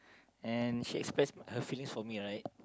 and she express a her feelings for me right